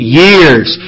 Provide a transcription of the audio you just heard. years